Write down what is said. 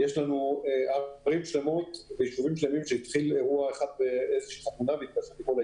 יש יישובים שלמים שכל היישוב נדבק בגלל חתונה אחת.